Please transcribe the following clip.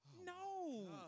No